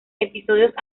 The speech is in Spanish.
episodios